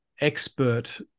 expert